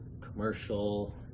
commercial